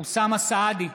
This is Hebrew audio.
אוסאמה סעדי,